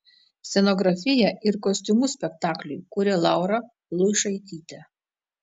scenografiją ir kostiumus spektakliui kūrė laura luišaitytė